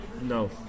No